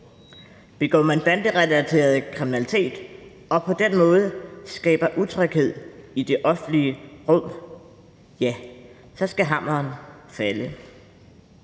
Begår man banderelateret kriminalitet og på den måde skaber utryghed i det offentlige rum, så skal hammeren falde.